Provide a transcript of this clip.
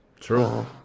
true